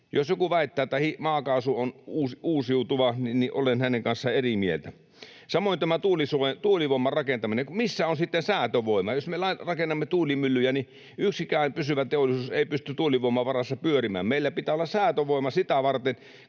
Jos joku väittää, että maakaasu on uusiutuva, niin olen hänen kanssaan eri mieltä. Samoin tämä tuulivoiman rakentaminen — missä on sitten säätövoima? Jos me rakennamme tuulimyllyjä, niin yksikään pysyvä teollisuus ei pysty tuulivoiman varassa pyörimään. Meillä pitää olla säätövoima sitä varten,